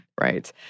Right